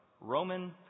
Roman